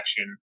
Action